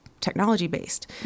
technology-based